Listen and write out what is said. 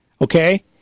okay